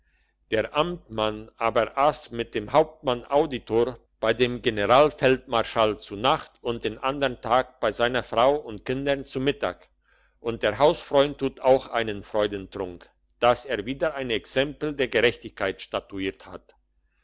der amtmann aber ass mit dem hauptmann auditor bei dem general feldmarschall zu nacht und den andern tag bei seiner frau und kindern zu mittag und der hausfreund tut auch einen freudentrunk dass er wieder ein